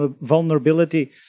vulnerability